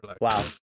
Wow